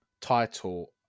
title